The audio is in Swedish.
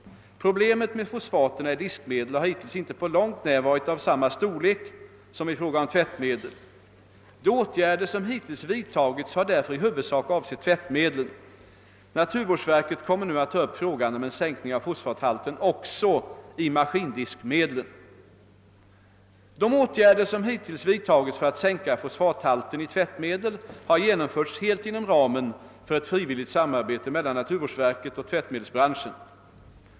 Problemet med fosfaterna i diskmedel har hittills inte på långt när varit av samma storlek som i fråga om tvättmedel. De åtgärder som hittills vidtagits har därför i huvudsak avsett tvättmedlen. Naturvårdsverket kommer nu att ta upp frågan om en sänkning av fosfathalten också i maskindiskmedlen. De åtgärder som hittills vidtagits för att sänka fosfathalten i tvättmedel har genomförts helt inom ramen för ett frivilligt samarbete mellan naturvårdsverket och tvättmedelsbranschen.